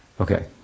Okay